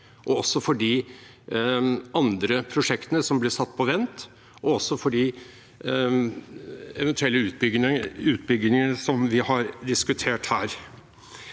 for de andre prosjektene som blir satt på vent, og for de eventuelle utbyggingene som vi har diskutert her.